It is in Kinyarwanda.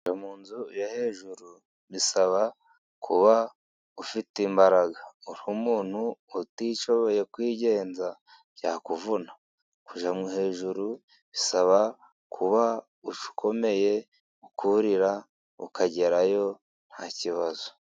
Kujya mu nzu yo hejuru bisaba kuba ufite imbaraga. Uri umuntu utishoboye kwigenza byakuvuna. Kujya hejuru bisaba kuba ukomeye, kurira ukagerayo nta kibazo.